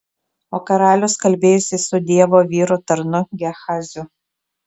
o karalius kalbėjosi su dievo vyro tarnu gehaziu